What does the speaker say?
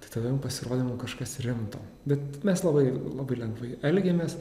tai tada jau pasirodė mum kažkas rimto bet mes labai labai lengvai elgiamės